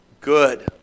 good